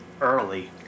early